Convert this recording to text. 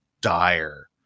dire